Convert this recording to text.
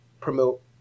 promote